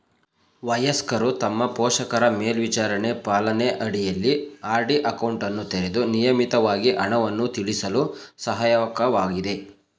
ವಯಸ್ಕರು ತಮ್ಮ ಪೋಷಕರ ಮೇಲ್ವಿಚಾರಣೆ ಪಾಲನೆ ಅಡಿಯಲ್ಲಿ ಆರ್.ಡಿ ಅಕೌಂಟನ್ನು ತೆರೆದು ನಿಯಮಿತವಾಗಿ ಹಣವನ್ನು ಉಳಿಸಲು ಸಹಾಯಕವಾಗಿದೆ